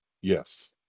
Yes